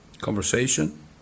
conversation